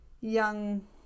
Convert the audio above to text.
young